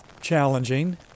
challenging